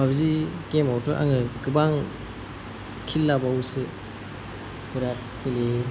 PUBG गेमावथ' आङो गोबां किल लाबावोसो बेराद गेलेयो आं